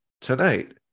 Tonight